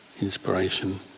inspiration